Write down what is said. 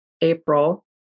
April